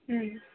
ಹ್ಞೂ